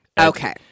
Okay